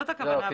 זאת הכוונה.